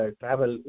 travel